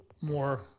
more